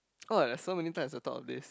oh there's so many times I thought of this